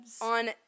On